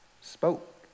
spoke